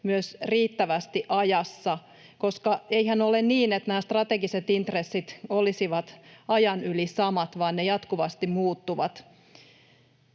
myös riittävästi ajassa, koska eihän ole niin, että nämä strategiset intressit olisivat ajan yli samat, vaan ne jatkuvasti muuttuvat.